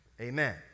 Amen